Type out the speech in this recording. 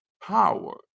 power